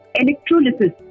electrolysis